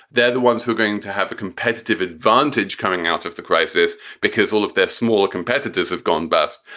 they're the ones who are going to have a competitive advantage coming out of the crisis because all of their smaller competitors have gone bust.